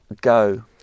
go